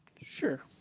sure